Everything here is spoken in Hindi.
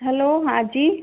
हैलो हाँ जी